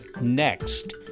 next